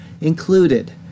included